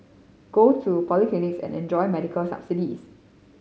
go to polyclinics and enjoy medical subsidies